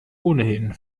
ohnehin